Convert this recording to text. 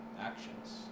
Actions